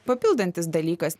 papildantis dalykas